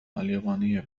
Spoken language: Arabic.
اليابانية